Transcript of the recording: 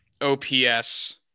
OPS